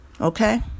Okay